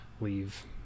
leave